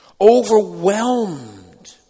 overwhelmed